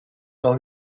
dans